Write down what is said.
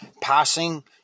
passing